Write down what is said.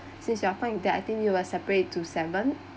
since you are fine that I think you will separate to seven